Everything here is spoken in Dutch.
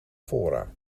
fora